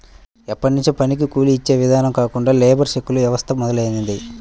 ఎప్పట్నుంచో పనికి కూలీ యిచ్చే ఇదానం కాకుండా లేబర్ చెక్కుల వ్యవస్థ మొదలయ్యింది